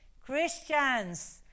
Christians